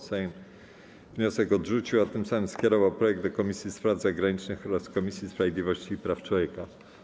Sejm wniosek odrzucił, a tym samym skierował projekt do Komisji Spraw Zagranicznych oraz Komisji Sprawiedliwości i Praw Człowieka.